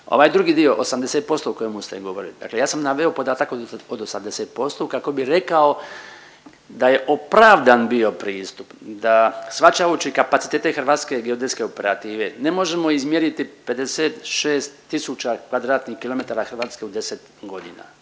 Ovaj drugi dio 80% o kojemu ste govorili, dakle ja sam naveo podatak od 80% kako bih rekao da je opravdan bio pristup, da shvaćajući kapacitete hrvatske geodetske operative ne možemo izmjeriti 56 tisuća kvadratnih kilometara Hrvatske u 10 godina